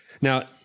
Now